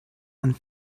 and